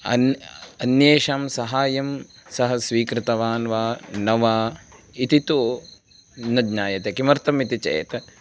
अन् अन्येषां सहायं सः स्वीकृतवान् वा न वा इति तु न ज्ञायते किमर्थम् इति चेत्